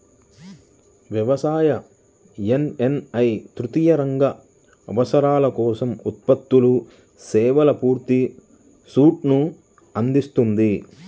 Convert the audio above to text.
వ్యవసాయ, ఎస్.ఎస్.ఐ తృతీయ రంగ అవసరాల కోసం ఉత్పత్తులు, సేవల పూర్తి సూట్ను అందిస్తుంది